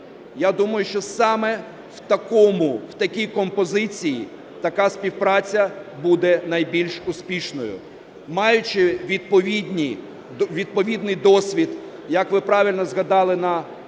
Я думаю, що саме в такій композиції така співпраця буде найбільш успішною. Маючи відповідний досвід, як ви правильно згадали, на